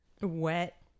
Wet